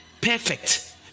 perfect